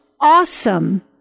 awesome